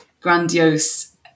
grandiose